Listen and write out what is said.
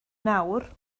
nawr